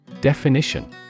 Definition